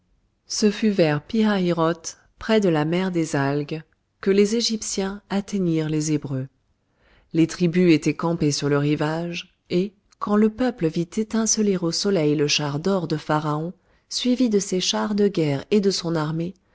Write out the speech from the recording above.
ce fut vers pi hahirot près de la mer des algues que les égyptiens atteignirent les hébreux les tribus étaient campées sur le rivage et quand le peuple vit étinceler au soleil le char d'or de pharaon suivi de ses chars de guerre et de son armée